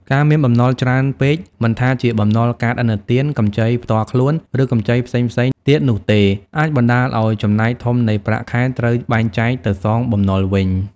ការមានបំណុលច្រើនពេក មិនថាជាបំណុលកាតឥណទាន កម្ចីផ្ទាល់ខ្លួន ឬកម្ចីផ្សេងៗទៀតនោះទេ អាចបណ្ដាលឲ្យចំណែកធំនៃប្រាក់ខែត្រូវបែងចែកទៅសងបំណុលវិញ។